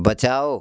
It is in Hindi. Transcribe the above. बचाओ